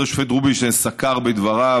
כבוד השופט רובינשטיין סקר בדבריו,